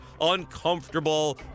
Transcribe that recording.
uncomfortable